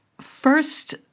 First